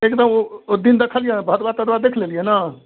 एगदम ओ ओ दिन देखलिए भदवा तदवा देखि लेलिए ने